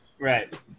Right